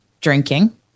drinking